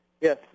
Yes